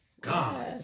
God